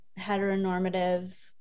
heteronormative